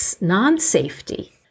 non-safety